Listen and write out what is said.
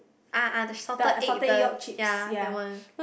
ah ah the salted egg the ya that one